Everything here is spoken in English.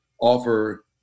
offer